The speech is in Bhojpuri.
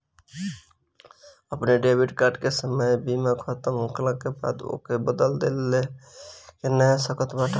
अपनी डेबिट कार्ड के समय सीमा खतम होखला के बाद ओके बदल के नया ले सकत बाटअ